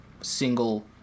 single